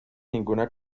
ninguna